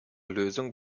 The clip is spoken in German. lösung